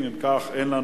חבר הכנסת מקלב, מסתפקים.